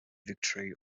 victory